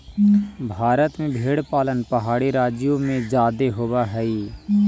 भारत में भेंड़ पालन पहाड़ी राज्यों में जादे होब हई